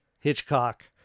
Hitchcock